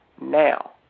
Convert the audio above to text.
now